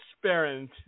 transparent